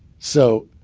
so